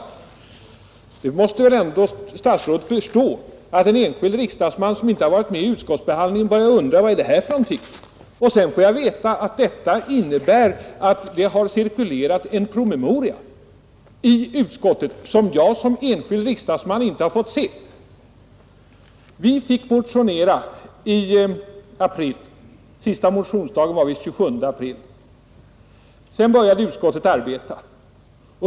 Statsrådet måste väl ändå förstå att en enskild riksdagsman som inte varit med i utbildningsutskottet börjar undra vad det här är för någonting. Sedan får jag veta att detta innebär att det i utskottet cirkulerat en promemoria som jag som enskild riksdagsman inte har fått se. Vi fick motionera i april, sista motionsdagen var visst den 27 april. Sedan började utskottet arbeta.